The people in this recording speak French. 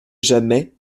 jamais